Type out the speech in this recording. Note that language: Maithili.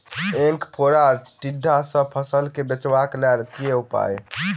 ऐंख फोड़ा टिड्डा सँ फसल केँ बचेबाक लेल केँ उपाय?